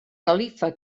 califa